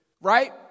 right